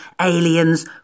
aliens